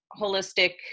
holistic